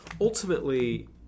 Ultimately